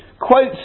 quotes